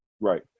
Right